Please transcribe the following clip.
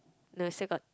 no still got